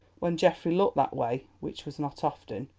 when geoffrey looked that way, which was not often,